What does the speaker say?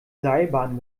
seilbahn